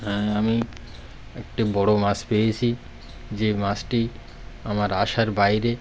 হ্যাঁ আমি একটি বড় মাছ পেয়েছি যে মাছটি আমার আশার বাইরে